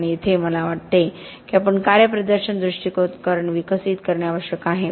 आणि येथे मला वाटते की आपण कार्यप्रदर्शन दृष्टिकोन विकसित करणे आवश्यक आहे